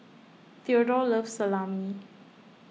theodore loves Salami